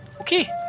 okay